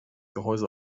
gehäuse